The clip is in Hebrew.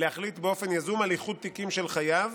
להחליט באופן יזום על איחוד תיקים של חייב.